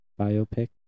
biopic